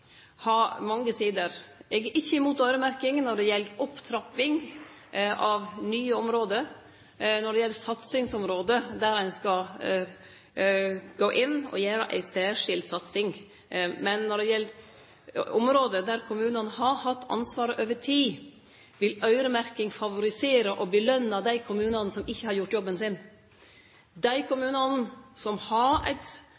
når det gjeld opptrapping av nye område, når det gjeld satsingsområde, der ein skal gå inn og gjere ei særskild satsing. Men når det gjeld område der kommunane har hatt ansvaret over tid, vil øyremerking favorisere og belønne dei kommunane som ikkje har gjort jobben sin. Dei kommunane som har eit